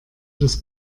das